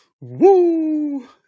Woo